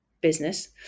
business